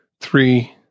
three